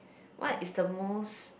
what is the most